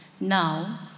Now